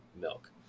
milk